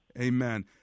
Amen